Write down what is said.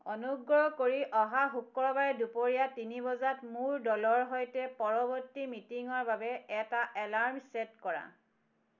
অনুগ্ৰহ কৰি অহা শুক্ৰবাৰে দুপৰীয়া তিনি বজাত মোৰ দলৰ সৈতে পৰৱৰ্তী মিটিঙৰ বাবে এটা এলাৰ্ম ছেট কৰা